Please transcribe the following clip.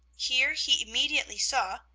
here he immediately saw,